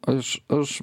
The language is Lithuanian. aš aš